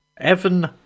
Evan